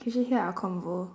can she hear our convo